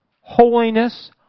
Holiness